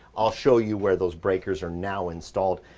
i'll show you where those breakers are now installed.